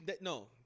no